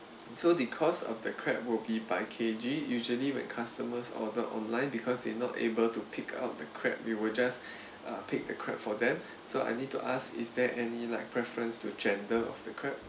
so the cost of the crab will be by K_G usually when customers order online because they not able to pick up the crab we will just uh pick the crab for them so I need to ask is there any like preference to the gender of the crab